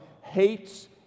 hates